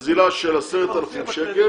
נזילה של 10,000 שקל